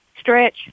stretch